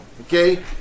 Okay